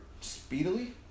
speedily